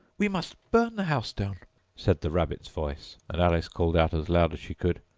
we must burn the house down said the rabbit's voice and alice called out as loud as she could,